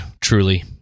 truly